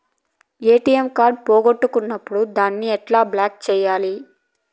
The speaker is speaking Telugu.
ఎ.టి.ఎం కార్డు పోగొట్టుకున్నప్పుడు దాన్ని ఎట్లా బ్లాక్ సేయాలి